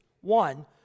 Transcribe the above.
One